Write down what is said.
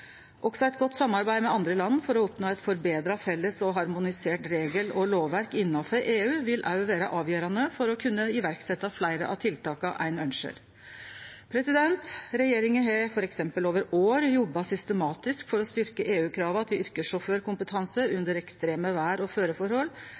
Også eit godt samarbeid med andre land for å oppnå eit forbetra felles og harmonisert regel- og lovverk innanfor EU vil vere avgjerande for å kunne setje i verk fleire av tiltaka ein ønskjer. Regjeringa har f.eks. over år jobba systematisk for å styrkje EU-krava til yrkessjåførkompetanse